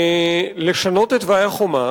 לשנות את תוואי החומה